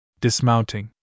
Dismounting